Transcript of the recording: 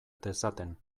dezaten